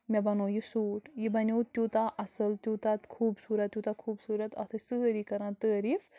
مےٚ بنوو یہِ سوٗٹ یہِ بنیو تیوٗتاہ اَصٕل تیوٗتاہ خوٗبصوٗرت تیوٗتاہ خوٗبصوٗرت اَتھ ٲسۍ سٲری کَران تعٲریٖف